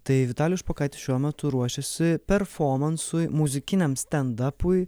tai vitalijus špokaitis šiuo metu ruošiasi performansui muzikiniam stendapui